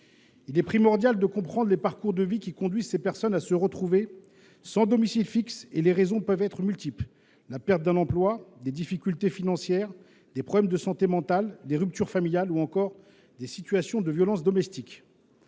Il est primordial de comprendre les parcours de vie qui conduisent ces personnes à se retrouver sans domicile fixe. Les raisons peuvent être multiples : perte d’un emploi, difficultés financières, problèmes de santé mentale, ruptures familiales ou encore situations de violence domestique.